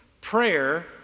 Prayer